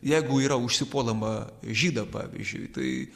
jeigu yra užsipuolama žydą pavyzdžiui tai